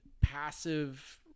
passive